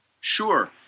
Sure